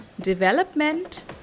development